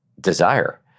desire